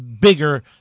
bigger